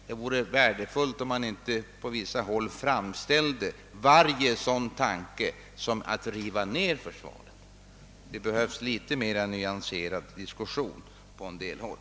Det vore värdefullt om vissa inte framställde varje sådan tanke som en tanke på att riva ned försvaret. Det behövs litet mer nyanserad diskussion på en del håll.